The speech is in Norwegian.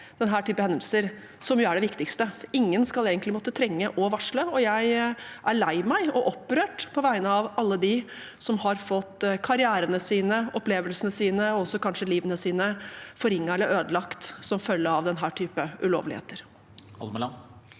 denne typen hendelser som er det viktigste. Ingen skal egentlig måtte trenge å varsle. Jeg er lei meg og opprørt på vegne av alle dem som har fått karrierene sine, opplevelsene sine og også kanskje livet sitt forringet eller ødelagt som følge av denne typen ulovligheter.